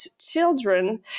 children